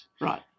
Right